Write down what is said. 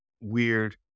weird